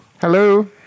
Hello